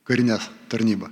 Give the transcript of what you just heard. karinė tarnyba